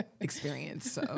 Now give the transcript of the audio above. experience